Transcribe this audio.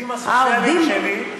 העובדים הסוציאליים שלי,